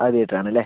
ആദ്യം ആയിട്ട് ആണല്ലെ